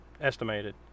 estimated